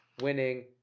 winning